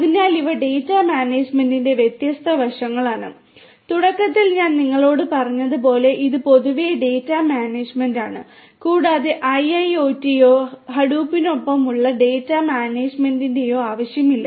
അതിനാൽ ഇവ ഡാറ്റാ മാനേജുമെന്റിന്റെ വ്യത്യസ്ത വശങ്ങളാണ് തുടക്കത്തിൽ ഞാൻ നിങ്ങളോട് പറഞ്ഞതുപോലെ ഇത് പൊതുവെ ഡാറ്റാ മാനേജുമെന്റാണ് കൂടാതെ ഐഐഒടിയുടെയോ ഹഡൂപ്പിനോടൊപ്പമുള്ള ഡാറ്റ മാനേജുമെന്റിന്റെയോ ആവശ്യമില്ല